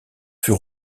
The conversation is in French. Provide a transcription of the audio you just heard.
fut